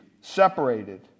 separated